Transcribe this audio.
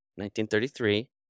1933